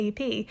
AP